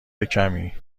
کمی